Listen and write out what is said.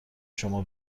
شما